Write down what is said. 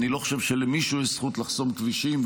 אני לא חושב שלמישהו יש זכות לחסום כבישים,